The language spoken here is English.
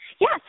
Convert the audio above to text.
Yes